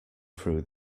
through